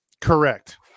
correct